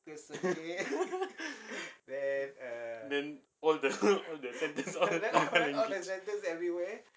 then all the all the sentence all english